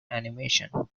animation